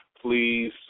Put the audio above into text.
Please